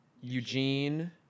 Eugene